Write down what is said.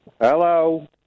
Hello